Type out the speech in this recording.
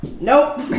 Nope